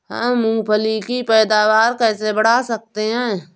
हम मूंगफली की पैदावार कैसे बढ़ा सकते हैं?